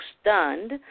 stunned